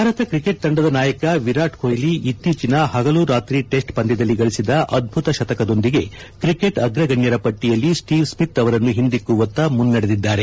Bharat cricket ತಂಡದ ನಾಯಕ ವಿರಾಟ್ ಕೊಹ್ತಿ ಇತ್ತೀಚಿನ ಹಗಲು ರಾತ್ರಿ ಟೆಸ್ಟ್ ಪಂದ್ಯದಲ್ಲಿ ಗಳಿಸಿದ ಅದ್ದುತ ಶತಕದೊಂದಿಗೆ ಕ್ರಿಕೆಟ್ ಅಗ್ರ ಗಣ್ಯರ ಪಟ್ಟಿಯಲ್ಲಿ ಸ್ಟೀವ್ ಸ್ಟಿತ್ ಅವರನ್ನು ಹಿಂದಿಕ್ಕು ವತ್ತ ಮುನ್ನಡೆದಿದ್ದಾರೆ